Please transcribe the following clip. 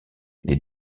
les